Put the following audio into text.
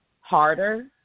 harder